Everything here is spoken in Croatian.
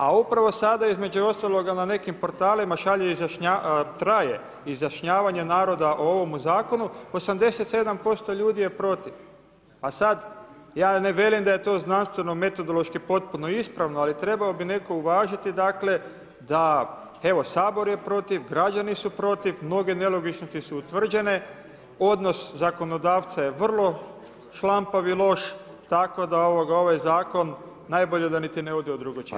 A upravo sada između ostaloga na nekim portalima traje izjašnjavanje naroda o ovome zakonu 87% ljudi je protiv a sada ja ne velim da je to znanstveno metodološki potpuno ispravno ali trebao bi netko uvažiti dakle da evo Sabor je protiv, građani su protiv, mnoge nelogičnosti su utvrđene, odnos zakonodavca je vrlo šlampav i loš tako da ovaj zakon najbolje da niti ne ode u drugo čitanje.